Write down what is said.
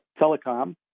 telecom